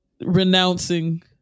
renouncing